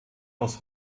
aus